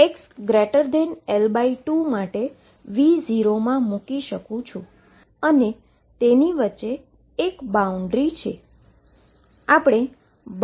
જ્યારે xL2 માટે V0 માં મૂકી શકું છું અને તેની વચ્ચે એક બાઉન્ડ્રી છે